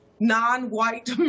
non-white